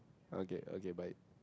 okay okay bye